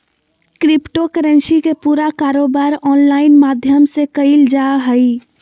crypto currency के पूरा कारोबार ऑनलाइन माध्यम से क़इल जा हइ